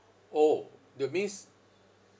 orh that means